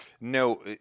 No